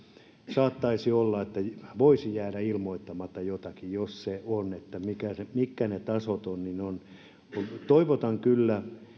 saattaisi olla niin että voisi jäädä ilmoittamatta jotakin jos se on niin että se mitkä ne tasot ovat on toivotaan kyllä